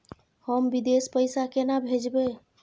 हम विदेश पैसा केना भेजबे?